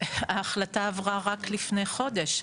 ההחלטה עברה רק לפני חודש,